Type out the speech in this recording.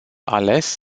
ales